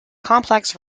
complex